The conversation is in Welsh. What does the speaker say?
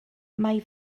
mae